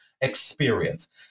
experience